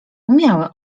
umiały